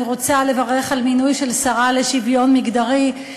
ואני רוצה לברך על מינוי של שרה לשוויון מגדרי,